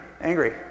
angry